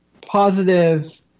positive